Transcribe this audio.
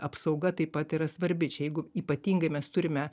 apsauga taip pat yra svarbi čia jeigu ypatingai mes turime